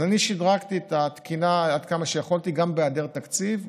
אז אני שדרגתי את התקינה עד כמה שיכולתי גם בהיעדר תקציב.